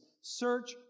Search